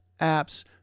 apps